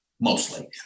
Mostly